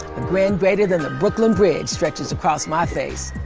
a grin greater than the brooklyn bridge stretches across my face.